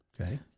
Okay